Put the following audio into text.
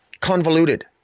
convoluted